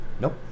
Nope